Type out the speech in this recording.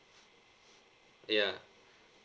ya